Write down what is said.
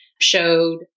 showed